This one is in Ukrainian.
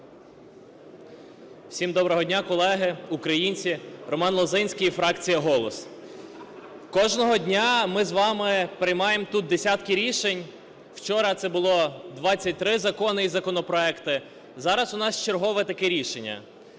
Всім доброго дня, колеги, українці! Роман Лозинський, фракція "Голос" . Кожного дня ми з вами приймаємо тут десятки рішень. Вчора це було 23 закони і законопроекти, зараз у нас чергове таке рішення.